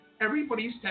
everybody's